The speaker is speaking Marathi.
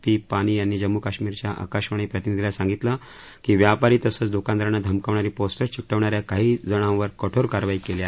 पी पानी यांनी जम्मूच्या आकाशवाणी प्रतिनिधीला सांगितलं की व्यापारी तसंच दुकानदारांना धमकावणारी पोस र्जे चिक बिणाऱ्या काही जणांवर कठोर कारवाई केली आहे